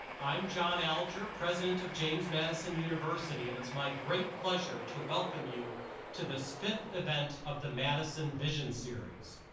i'm jon alger, president of james madison university and it's my great pleasure to welcome you to this fifth event of the madison vision series.